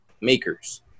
makers